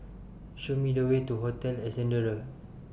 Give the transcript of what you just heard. Show Me The Way to Hotel Ascendere